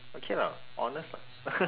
okay lah honest lah